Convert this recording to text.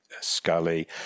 Scully